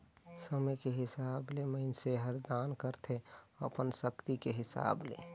समे के हिसाब ले मइनसे हर दान करथे अपन सक्ति के हिसाब ले